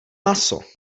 maso